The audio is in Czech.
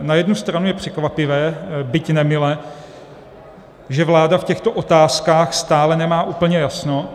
Na jednu stranu je překvapivé, byť nemile, že vláda v těchto otázkách stále nemá úplně jasno.